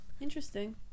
interesting